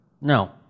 No